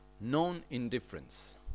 non-indifference